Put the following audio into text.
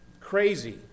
crazy